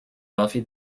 buffy